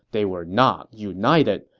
they were not united,